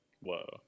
Whoa